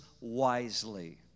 wisely